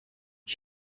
ich